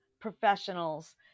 professionals